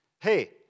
hey